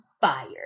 fire